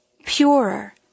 purer